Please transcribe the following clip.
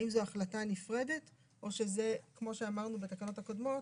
האם זו החלטה נפרדת או שזה כמו שאמרנו בתקנות הקודמות